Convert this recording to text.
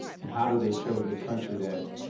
and how do they show the country that